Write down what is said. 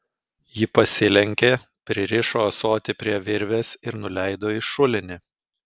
ji pasilenkė pririšo ąsotį prie virvės ir nuleido į šulinį